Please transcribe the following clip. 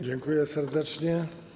Dziękuję serdecznie.